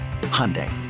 Hyundai